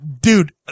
dude